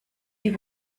die